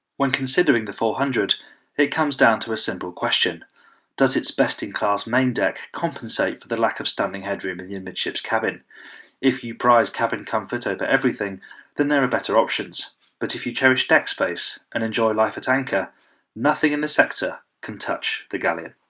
when considering the four hundred it comes down to a simple question does its best-in-class main deck compensate for the lack of standing headroom in the imageship's cabin if you prize cabin comfort over everything then there are better options but if you cherish deck space and enjoy life at anchor nothing in the sector can touch the galleon